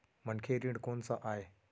मनखे ऋण कोन स आय?